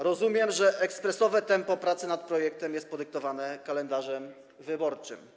Rozumiem, że ekspresowe tempo pracy nad projektem jest podyktowane kalendarzem wyborczym.